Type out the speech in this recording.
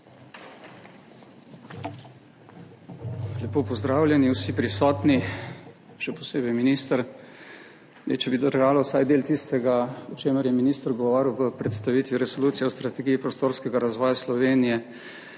Lepo pozdravljeni vsi prisotni, še posebej minister. Če bi držal vsaj del tistega, o čemer je minister govoril v predstavitvi resolucije o strategiji prostorskega razvoja Slovenije